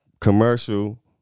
Commercial